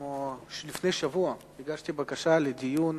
לפני שבוע, משהו כזה, הגשתי בקשה לדיון